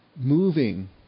moving